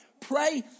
Pray